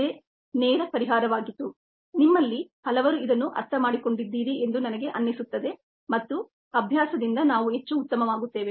ಇದು ನೇರ ಪರಿಹಾರವಾಗಿತ್ತುನಿಮ್ಮಲ್ಲಿ ಹಲವರು ಇದನ್ನು ಅರ್ಥಮಾಡಿಕೊಂಡಿದ್ದೀರಿ ಎಂದು ನನಗೆ ಅನ್ನಿಸುತ್ತದೆ ಮತ್ತು ಅಭ್ಯಾಸದಿಂದ ನಾವು ಹೆಚ್ಚು ಉತ್ತಮವಾಗುತ್ತೇವೆ